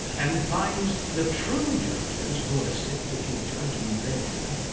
and finds the true judges who are said to give judgement there.